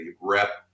rep